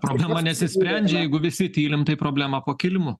problema neišsisprendžia jeigu visi tylim tai problema po kilimu